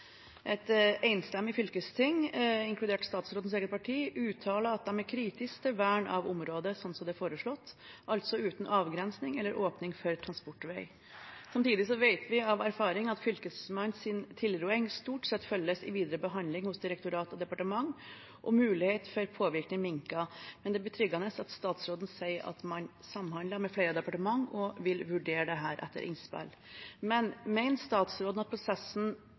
Et enstemmig fylkesting, inkludert statsrådens eget parti, uttalte at de er kritiske til vern av området slik det er foreslått, altså uten avgrensning eller åpning for transportvei. Samtidig vet vi av erfaring at Fylkesmannens tilråding stort sett følges i videre behandling hos direktorat og departement, og muligheten for påvirkning minker. Men det er betryggende at statsråden sier at man samhandler med flere departementer og vil vurdere dette etter innspill. Mener statsråden at prosessen